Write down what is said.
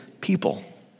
people